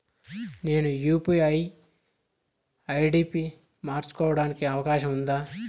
నేను UPI ID P మార్చుకోవడానికి అవకాశం ఉందా?